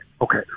okay